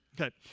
Okay